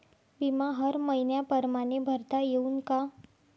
बिमा हर मइन्या परमाने भरता येऊन का?